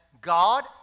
God